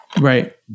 Right